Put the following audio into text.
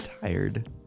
tired